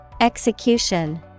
Execution